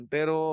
Pero